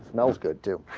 knows good to